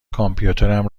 کامپیوترم